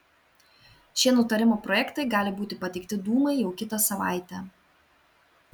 šie nutarimo projektai gali būti pateikti dūmai jau kitą savaitę